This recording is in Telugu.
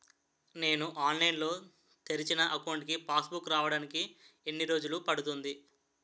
నేను ఆన్లైన్ లో తెరిచిన అకౌంట్ కి పాస్ బుక్ రావడానికి ఎన్ని రోజులు పడుతుంది?